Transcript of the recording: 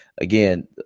again